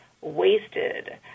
Wasted